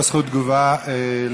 תגובה.